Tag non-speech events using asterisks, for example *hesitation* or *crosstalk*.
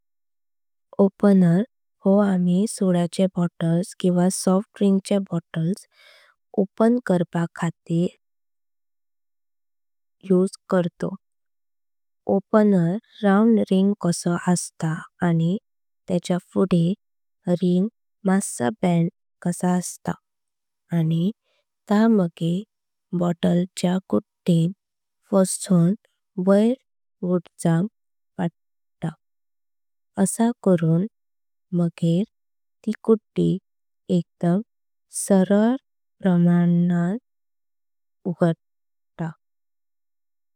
ओपनर हो आमी सोडा चे बॉटल्स किंवा सॉफ्ट ड्रिंक चे। बॉटल्स ओपन करपाक *hesitation* यूज करतो। ओपनर राउंड रिंग कासो अस्ताना आणि तेंची फाजे रिंग। माशा बेंड कोसा अस्ताना आणि त तो मागेर बॉटल च्या गड्। डें फासोवन वैर वोडची *hesitation* पडता असा करून। मागेर ती गड्डी एकदम सारल प्रमाणें *hesitation* उगडता।